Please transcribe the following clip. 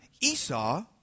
Esau